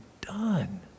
done